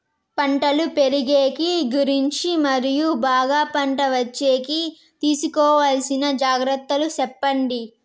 పంటలు పెరిగేకి గురించి మరియు బాగా పంట వచ్చేకి తీసుకోవాల్సిన జాగ్రత్త లు సెప్పండి?